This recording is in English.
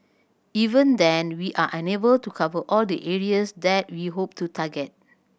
even then we are unable to cover all the areas that we hope to target